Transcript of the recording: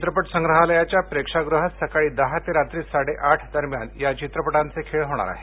चित्रपट संग्रहालयाच्या प्रेक्षागृहात सकाळी दहा ते रात्री साडेआठ दरम्यान या चित्रपटांचे खेळ होणार आहेत